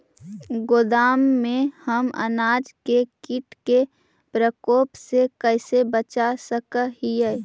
गोदाम में हम अनाज के किट के प्रकोप से कैसे बचा सक हिय?